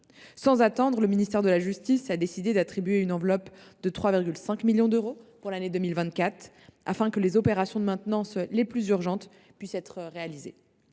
Sans attendre, le ministère de la justice a décidé d’attribuer une enveloppe de 3,5 millions d’euros pour l’année 2024, afin que les opérations de maintenance les plus urgentes puissent être réalisées.